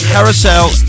Carousel